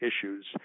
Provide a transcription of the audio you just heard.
issues